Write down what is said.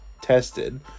tested